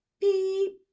Beep